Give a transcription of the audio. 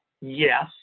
Yes